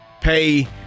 pay